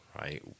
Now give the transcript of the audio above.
right